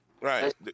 Right